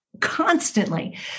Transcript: constantly